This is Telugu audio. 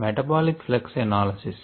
metabolic flux analysis